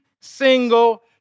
single